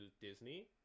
Disney